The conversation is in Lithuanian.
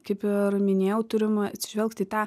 kaip ir minėjau turim atsižvelgt į tą